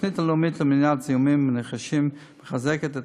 התוכנית הלאומית למניעת זיהומים נרכשים מחזקת את